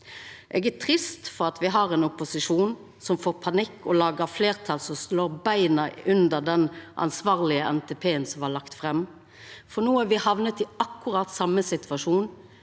Eg er trist for at me har ein opposisjon som får panikk og lagar fleirtal som slår beina under den ansvarlege NTPen som er lagd fram. For no har me hamna i akkurat same situasjon,